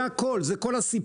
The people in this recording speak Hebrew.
זה הכול, זה כל הסיפור.